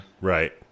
right